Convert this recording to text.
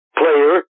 player